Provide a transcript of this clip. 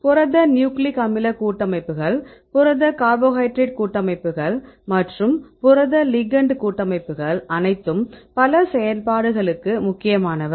புரத நியூக்ளிக் அமிலகூட்டமைப்புகள் புரத கார்போஹைட்ரேட் கூட்டமைப்புகள் மற்றும் புரத லிகெெண்ட் கூட்டமைப்புகள் அனைத்தும் பல செயல்பாடுகளுக்கு முக்கியமானவை